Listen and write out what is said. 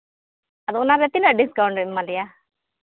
ᱟᱫᱚ ᱚᱱᱟᱨᱮ ᱛᱤᱱᱟᱹᱜ ᱰᱤᱥᱠᱟᱣᱩᱱᱴ ᱮᱢ ᱮᱢᱟ ᱞᱮᱭᱟ